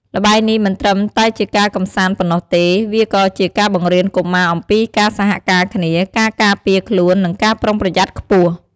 ល្បែងនេះមិនត្រឹមតែជាការកំសាន្តប៉ុណ្ណោះទេ វាក៏ជាការបង្រៀនកុមារអំពីការសហការគ្នា ការការពារខ្លួននិងការប្រុងប្រយ័ត្នខ្ពស់។